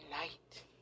night